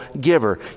giver